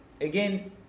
Again